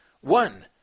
One